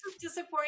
disappointing